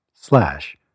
slash